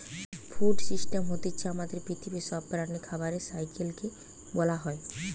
food system হতিছে আমাদের পৃথিবীর সব প্রাণীদের খাবারের সাইকেল কে বোলা হয়